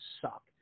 suck